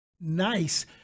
nice